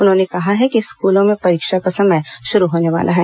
उन्होंने कहा है कि स्कूलों में परीक्षा का समय शुरू होने वाला है